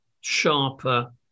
sharper